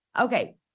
Okay